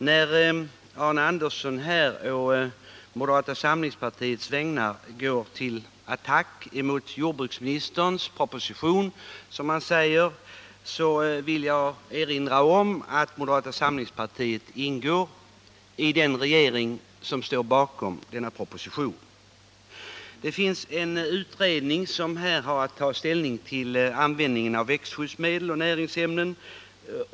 När Arne Andersson i Ljung å moderata samlingspartiets vägnar går till attack mot, som han säger, jordbruksministerns proposition, vill jag erinra om att moderata samlingspartiet ingår i den regering som står bakom denna proposition. Det pågår alltså en utredning som har att ta ställning till frågan om användningen av växtskyddsmedel och näringsämnen.